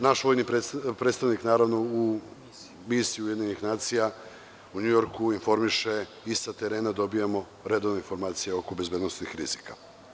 Naš vojni predstavnik u misiji UN u Njujorku informiše i sa terena dobijamo redovne informacije oko bezbednosnih rizika.